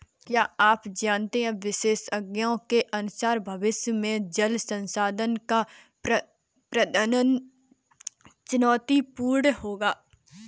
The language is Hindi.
क्या आप जानते है विशेषज्ञों के अनुसार भविष्य में जल संसाधन का प्रबंधन चुनौतीपूर्ण होगा